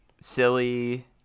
silly